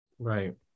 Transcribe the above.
Right